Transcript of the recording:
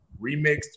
remixed